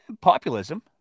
populism